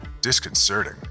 disconcerting